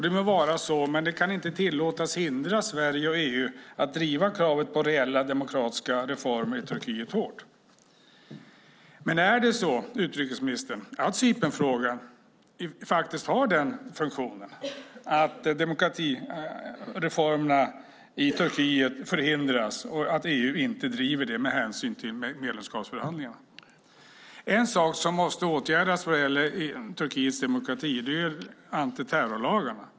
Det må vara så, men det kan inte tillåtas hindra Sverige och EU att driva kravet på reella demokratiska reformer i Turkiet hårt. Är det så, utrikesministern, att Cypernfrågan har den funktionen att demokratireformerna i Turkiet förhindras och att EU inte driver detta med hänsyn till medlemskapsförhandlingarna? En sak som måste åtgärdas vad gäller Turkiets demokrati är antiterrorlagarna.